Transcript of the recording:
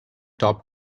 top